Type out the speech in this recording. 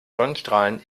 sonnenstrahlen